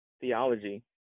theology